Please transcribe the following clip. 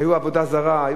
היתה עבודה זרה,